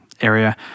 area